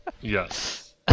Yes